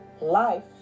Life